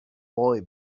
boy